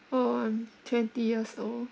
orh I'm twenty years old